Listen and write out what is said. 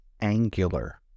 angular